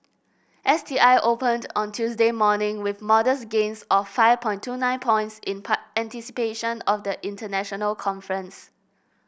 S T I opened on Tuesday morning with modest gains of five point two nine points in part anticipation of the international conference